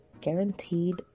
Guaranteed